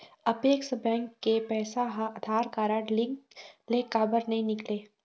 Apex bank के पैसा हा आधार कारड लिंक ले काबर नहीं निकले?